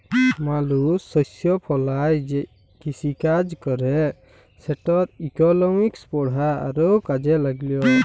মালুস শস্য ফলায় যে কিসিকাজ ক্যরে সেটর ইকলমিক্স পড়া আরও কাজে ল্যাগল